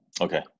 Okay